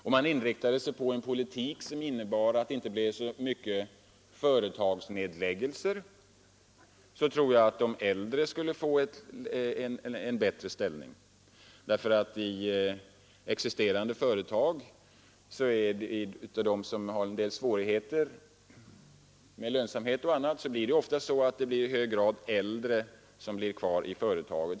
Om man inriktade sig på en politik som innebär att det inte blir så många företagsnedläggelser, tror jag att de äldre skulle få en bättre ställning. Genom att existerande företag har svårigheter med lönsamhet och annat blir det oftast så att de äldre stannar kvar i företaget.